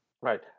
Right